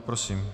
Prosím.